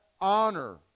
honor